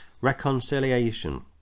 reconciliation